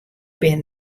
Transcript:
bin